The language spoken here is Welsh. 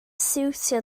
siwtio